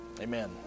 Amen